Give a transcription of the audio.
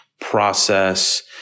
process